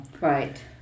Right